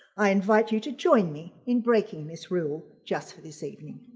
i invite you to join me in breaking this rule just for this evening.